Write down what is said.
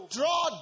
draw